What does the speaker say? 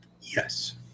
Yes